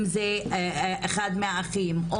אם זה אחד מהאחים,